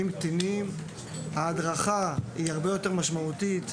אז ההדרכה היא הרבה יותר משמעותית.